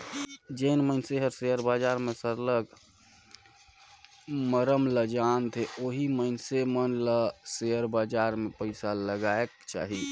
जेन मइनसे हर सेयर बजार के सरलग मरम ल जानथे ओही मइनसे मन ल सेयर बजार में पइसा लगाएक चाही